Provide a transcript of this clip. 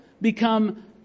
become